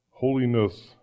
Holiness